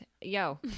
Yo